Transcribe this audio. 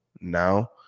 now